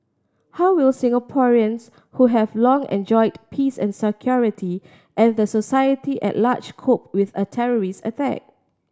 how will Singaporeans who have long enjoyed peace and security and the society at large cope with a terrorist attack